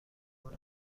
زمان